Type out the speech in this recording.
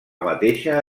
mateixa